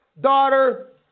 daughter